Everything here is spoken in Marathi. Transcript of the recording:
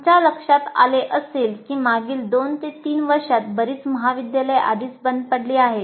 तुमच्या लक्षात आले असेल की मागील 2 3 वर्षांत बरीच महाविद्यालये आधीच बंद पडली आहेत